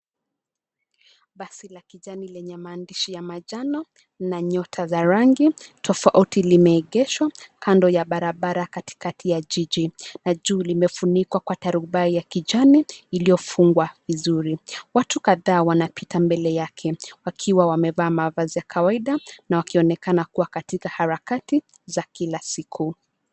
Basi la kijani lenye maandishi ya manjano na nyota za rangi tofauti limeegeshwa kando ya barabara katikati ya jiji, na juu limefunikwa kwa tarubai ya kijani iliyofungwa vizuri. Watu kadhaa wanapita mbele yake wakiwa wamevaa mavazi ya kawaida na wakionekana kuwa katika harakati za kila siku.